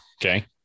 Okay